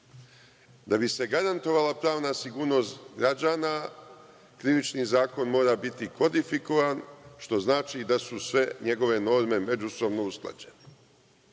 Da bi se garantovala pravna sigurnost građana Krivični zakon mora biti kodifikovan, što znači da su sve njegove norme međusobno usklađene.